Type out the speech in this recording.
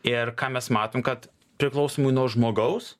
ir ką mes matom kad priklausomai nuo žmogaus